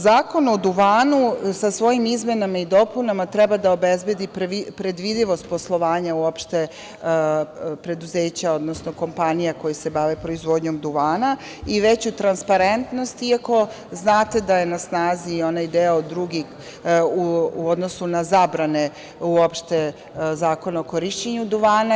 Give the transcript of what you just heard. Zakon o duvanu, sa svojim izmenama i dopunama, treba da obezbedi predvidivost poslovanja uopšte preduzeća odnosno kompanija koje se bave proizvodnjom duvana i veću transparentnost, iako znate da je na snazi onaj deo drugi u odnosu na zabrane uopšte zakona o korišćenju duvana.